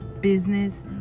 business